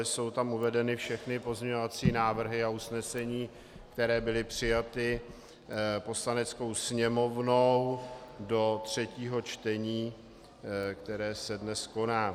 Jsou tam uvedeny všechny pozměňovací návrhy a usnesení, které byly přijaty Poslaneckou sněmovnou do třetího čtení, které se dnes koná.